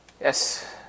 Yes